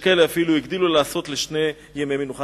ויש כאלה שאפילו הגדילו לעשות שני ימי מנוחה.